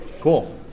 Cool